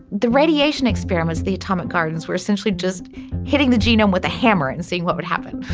the radiation experiments, the atomic gardens were essentially just hitting the genome with a hammer and seeing what would happen